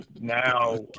now